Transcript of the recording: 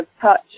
touch